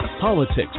politics